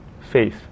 faith